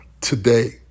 today